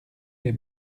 les